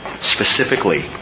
specifically